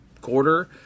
quarter